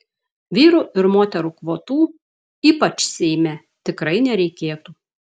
vyrų ir moterų kvotų ypač seime tikrai nereikėtų